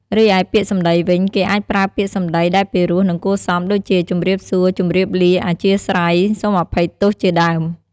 រីឯពាក្យសម្ដីវិញ គេអាចប្រើពាក្យសម្ដីដែលពិរោះ និងគួរសម ដូចជា ជំរាបសួរ ជំរាបលា អធ្យាស្រ័យ សូមអភ័យទោសជាដើម។